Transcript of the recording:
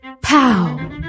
pow